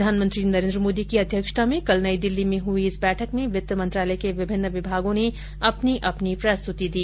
प्रधानमंत्री नरेंद्र मोदी की अध्यक्षता में कल नई दिल्ली में हुई इस बैठक में वित्त मंत्रालय के विभिन्न विभागों ने अपनी अपनी प्रस्तुति दी